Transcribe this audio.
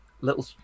little